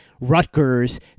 Rutgers